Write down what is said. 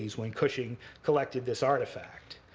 when cushing collected this artifact.